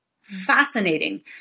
fascinating